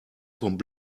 kommt